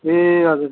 ए हजुर